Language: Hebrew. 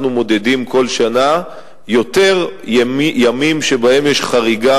אנחנו מודדים כל שנה יותר ימים שבהם יש חריגה